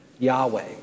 Yahweh